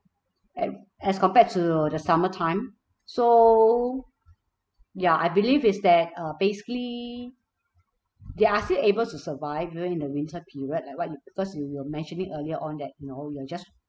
and as compared to the summertime so ya I believe is that uh basically they are still able to survive even in the winter period like what you because you you were mentioning earlier on that you know you're just